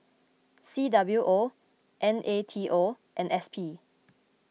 C W O N A T O and S P